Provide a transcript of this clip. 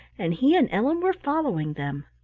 and he and ellen were following them.